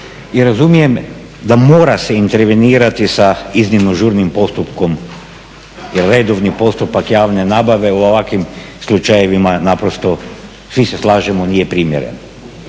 razumijem da mora se intervenirati sa iznimno žurnim postupkom, jer redovni postupak javne nabave u ovakvim slučajevima napravo svi se slažemo nije primjeren.